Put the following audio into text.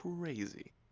crazy